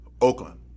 Oakland